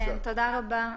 תודה רבה,